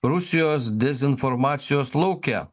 rusijos dezinformacijos lauke